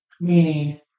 meaning